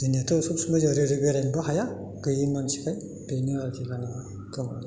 जोंनियाथ' सब समाय जों ओरै ओरै बेरायनोबो हाया गैयै मानसिखाय बेनो आरोखि